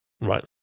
right